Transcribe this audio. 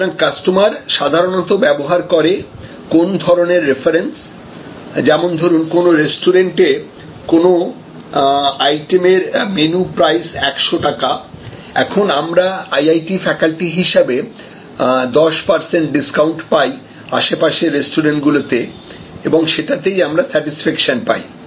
সুতরাং কাস্টমার সাধারণত ব্যবহার করে কোন ধরনের রেফারেন্স যেমন ধরুন কোন রেস্টুরেন্টে কোনো আইটেমের মেনু প্রাইস 100 এখন আমরা IIT ফ্যাকাল্টি হিসাবে 10 পার্সেন্ট ডিসকাউন্ট পাই আশেপাশের রেস্টুরেন্টগুলোতে এবং সেটাতেই আমরা স্যাটিসফেকশন পাই